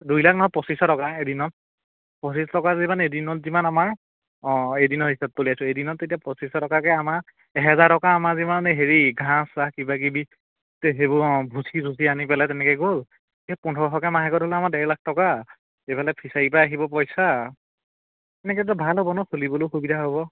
দুই লাখ নহয় পঁচিছশ টকা এদিনত পঁচিছশ টকা যেনিবা এদিনত যিমান আমাৰ অঁ এদিনৰ হিচাপতো উলিয়াইছোঁ এদিনত এতিয়া পঁচিছশ টকাকৈ আমাৰ এহেজাৰ টকা আমাৰ যেনিবা হেৰি ঘাঁহ চাহ কিবাকিবি সেইবোৰ অঁ ভুচি চুচি আনি পেলাই তেনেকৈ গ'ল এতিয়া পোন্ধৰশকৈ মাহেকত হ'লে আমাৰ ডেৰ লাখ টকা এইফালে ফিছাৰীৰপৰা আহিব পইচা এনেকৈতো ভাল হ'ব ন খুলিবলৈও সুবিধা হ'ব